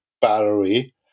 battery